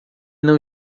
não